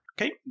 Okay